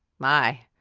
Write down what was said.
my!